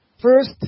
First